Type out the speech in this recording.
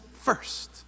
first